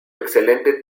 excelente